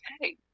hey